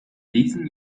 diesem